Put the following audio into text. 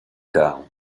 tard